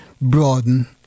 broaden